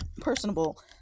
personable